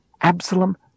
Absalom